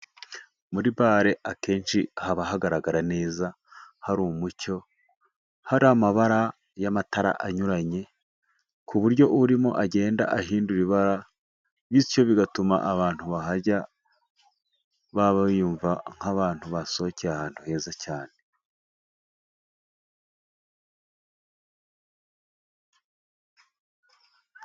Muri bare akenshi haba hagaragara neza hari umucyo hari amabara y'amatara anyuranye, ku buryo urimo agenda ahindura ibara bityo bigatuma abantu bahajya baba biyumva nk'abantu basohokeye ahantu heza cyane.